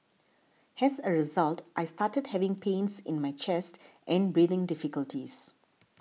has a result I started having pains in my chest and breathing difficulties